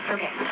Okay